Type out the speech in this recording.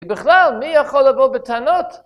ובכלל, מי יכול לבוא בטענות?